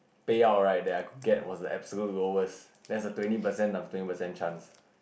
payout right that I could get was the absolute lowest that's a twenty percent times twenty percent chance